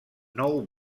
nou